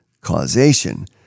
causation